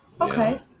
Okay